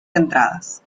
entradas